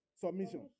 Submission